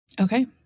Okay